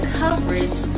coverage